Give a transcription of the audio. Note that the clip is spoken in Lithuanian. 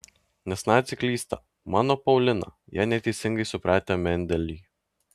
nes naciai klysta mano paulina jie neteisingai supratę mendelį